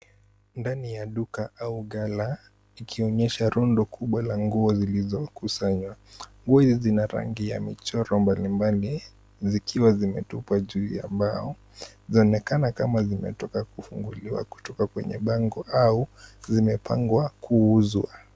Ndani ya duka au ghala, likionyesha rundo kubwa la nguo zilizokusanywa. Nguo hizi zina rangi ya michoro mbali mbali , zikiwa zimetupwa juu ya mbao. Zaonekana kama zimetoka kufunguliwa kutoka kwenye bango au zimepangwa kuuzwa.